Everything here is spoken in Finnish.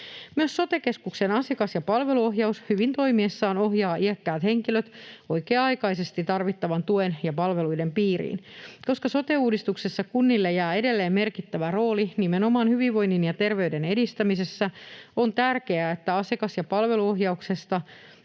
Myös sote-keskuksen asiakas‑ ja palveluohjaus hyvin toimiessaan ohjaa iäkkäät henkilöt oikea-aikaisesti tarvittavan tuen ja palveluiden piiriin. Koska sote-uudistuksessa kunnille jää edelleen merkittävä rooli nimenomaan hyvinvoinnin ja terveyden edistämisessä, on tärkeää, että asiakas‑ ja palveluohjauksesta